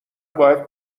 باید